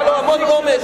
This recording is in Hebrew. היה לו המון אומץ,